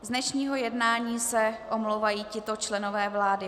Z dnešního jednání se omlouvají tito členové vlády.